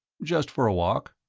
just for a walk.